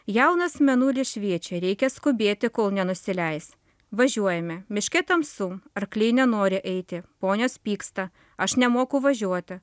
jaunas mėnulis šviečia reikia skubėti kol nenusileis važiuojame miške tamsu arkliai nenori eiti ponios pyksta aš nemoku važiuoti